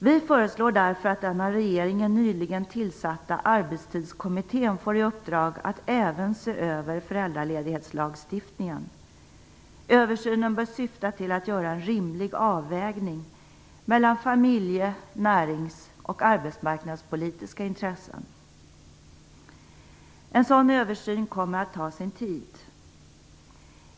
Vi föreslår därför att den av regeringen nyligen tillsatta Arbetstidskommittén får i uppdrag att även se över föräldraledighetslagstiftningen. Översynen bör syfta till att göra en rimlig avvägning mellan familje-, närings och arbetsmarknadspolitiska intressen. En sådan översyn kommer att ta sin tid.